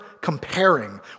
comparing